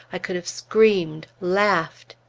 i could have screamed laughed!